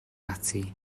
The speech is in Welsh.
ati